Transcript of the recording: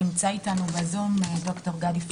נמצא אתנו בזום ד"ר גדי פרישמן.